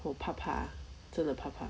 我怕怕真的怕怕